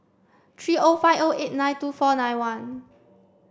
three O five O eight nine two four nine one